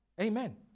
Amen